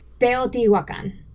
Teotihuacan